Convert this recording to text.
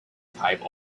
type